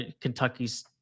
Kentucky's